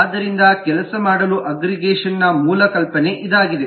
ಆದ್ದರಿಂದ ಕೆಲಸ ಮಾಡಲು ಅಗ್ಗ್ರಿಗೇಷನ್ನ ಮೂಲ ಕಲ್ಪನೆ ಇದಾಗಿದೆ